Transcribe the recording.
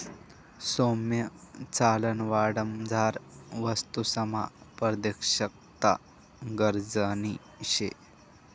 सौम्य चलनवाढमझार वस्तूसमा पारदर्शकता गरजनी शे